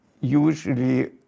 usually